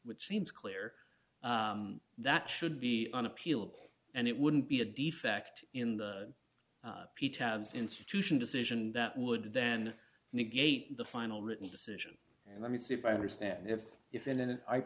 which seems clear that should be on appeal and it wouldn't be a defect in the institution decision that would then negate the final written decision and let me see if i understand if if in an